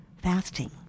fasting